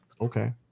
Okay